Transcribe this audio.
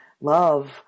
love